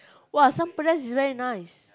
!wah! asam-pedas is very nice